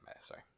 Sorry